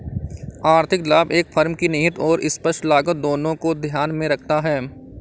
आर्थिक लाभ एक फर्म की निहित और स्पष्ट लागत दोनों को ध्यान में रखता है